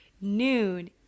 noon